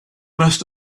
must